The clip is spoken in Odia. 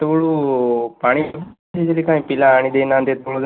ସେତେବେଳୁ ପାଣି କାହିଁ ପିଲା ଆଣି ଦେଇନାହାନ୍ତି ଏତେ ବେଳ ଯାଏଁ